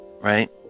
right